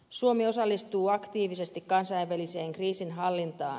suomi osallistuu aktiivisesti kansainväliseen kriisinhallintaan